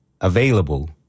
available